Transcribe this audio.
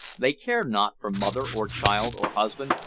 they care not for mother, or child, or husband.